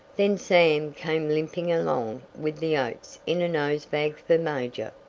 then sam came limping along with the oats in a nose bag for major.